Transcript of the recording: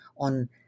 on